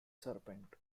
serpent